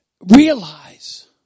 realize